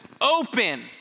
open